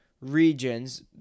regions